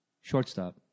Shortstop